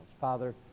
Father